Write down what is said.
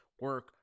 Work